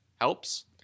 helps